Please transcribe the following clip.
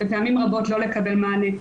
ופעמים רבות לא לקבל מענה.